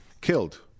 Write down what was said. killed